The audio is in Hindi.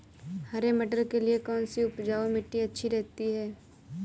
हरे मटर के लिए कौन सी उपजाऊ मिट्टी अच्छी रहती है?